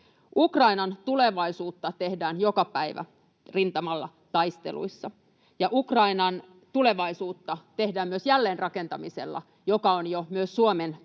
Ukrainan tulevaisuutta tehdään joka päivä rintamalla, taisteluissa, ja Ukrainan tulevaisuutta tehdään myös jälleenrakentamisella, joka on jo myös Suomen tuella